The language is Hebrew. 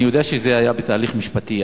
אני יודע שזה היה בתהליך משפטי,